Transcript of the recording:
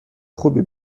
خوبی